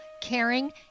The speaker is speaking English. caring